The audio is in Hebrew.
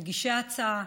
מגישי ההצעה,